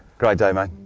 great day mate.